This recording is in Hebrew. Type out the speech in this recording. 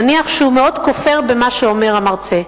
נניח שהוא ממש כופר במה שאומר המרצה,